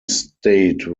state